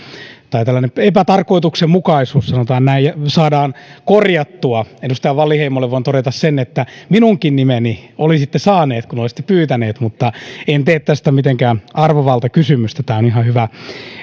tai tällainen epätarkoituksenmukaisuus sanotaan näin saadaan korjattua edustaja wallinheimolle voin todeta sen että minunkin nimeni olisitte saanut kun olisitte pyytänyt mutta en tee tästä mitenkään arvovaltakysymystä tämä on ihan hyvä